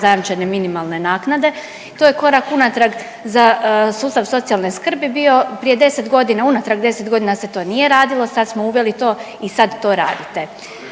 zajamčene minimalne naknade. To je korak unatrag za sustav socijalne skrbi bio, prije 10.g., unatrag 10.g. se to nije radilo, sad smo uveli to i sad to radite,